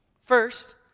First